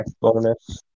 bonus